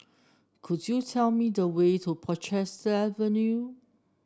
could you tell me the way to Portchester Avenue